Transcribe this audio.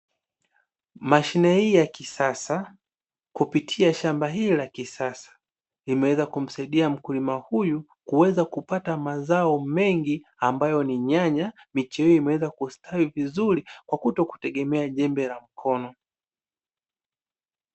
Mashine hii ya kisasa kupitia shamba hili la kisasa limeweza kumsaidia mkulima huyu kuweza kupata mazao mengi ambayo ni nyanya, miche hii imeweza kustawi vizuri kwa kutokutegemea jembe la mkono.